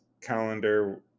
calendar